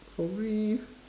probably